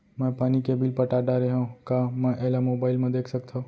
मैं पानी के बिल पटा डारे हव का मैं एला मोबाइल म देख सकथव?